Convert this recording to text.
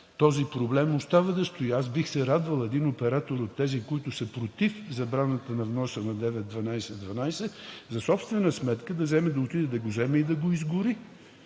Този проблем остава да стои. Аз бих се радвал един оператор от тези, които са против забраната на вноса на 19 12 12, за собствена сметка да вземе